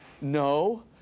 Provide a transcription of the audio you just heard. no